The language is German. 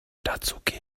dazugeben